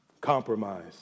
compromise